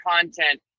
content